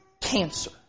cancer